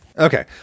Okay